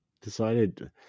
decided